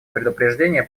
предупреждения